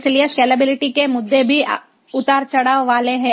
इसलिए स्केलेबिलिटी के मुद्दे भी उतार चढ़ाव वाले हैं